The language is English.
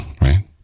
right